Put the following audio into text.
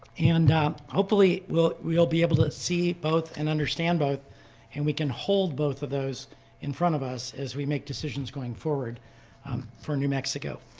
and hopefully we will be able to see both and understand both and we can hold both of those in front of us as we make decisions going forward um for new mexico.